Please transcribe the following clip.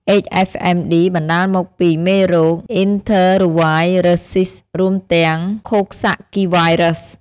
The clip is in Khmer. HFMD បណ្តាលមកពីមេរោគ អុីនធើរ៉ូវាយរើសសុីស រួមទាំង ឃោកសាក់គីវាយរើស ។